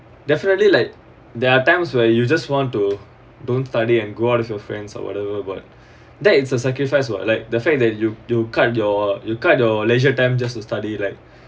definitely like there are times where you just want to don't study and go out with your friends or whatever but that is a sacrifice what like the fact that you cut your you cut your leisure time just to study like